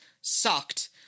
sucked